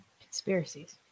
Conspiracies